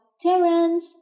Terence